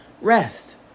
rest